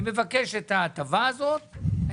אני מבקש את ההטבה הזאת,